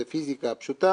זו פיזיקה פשוטה